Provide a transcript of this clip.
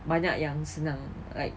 banyak yang senang like